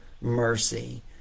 mercy